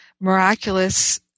miraculous